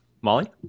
Molly